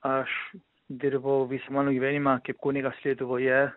aš dirbau visą mano gyvenimą kaip kunigas lietuvoje